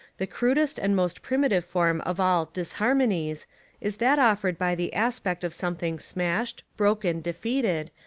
the crudest and most primitive form of all disharmonies is that offered by the aspect of something smashed, broken, defeated,